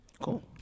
Cool